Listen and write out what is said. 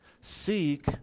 Seek